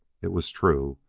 it was true,